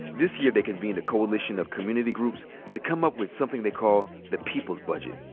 this year they convened a coalition of community groups to come up with something they call the people's budget.